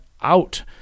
out